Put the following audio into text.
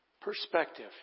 perspective